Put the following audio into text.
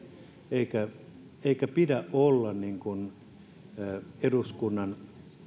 eikä eikä pidä olla eduskunnan